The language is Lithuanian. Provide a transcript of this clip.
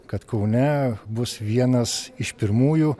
kad kaune bus vienas iš pirmųjų